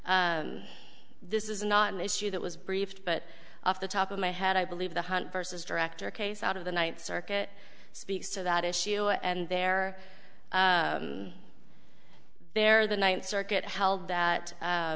this is not an issue that was brief but off the top of my head i believe the hunt vs director case out of the ninth circuit speaks to that issue and there they're the ninth circuit held that